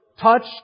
touched